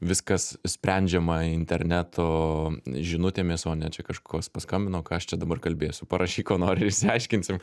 viskas sprendžiama interneto žinutėmis o ne čia kažkoks paskambino ką aš čia dabar kalbėsiu parašyk ko nori išsiaiškinsim